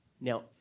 Now